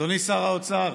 אדוני שר האוצר,